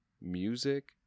music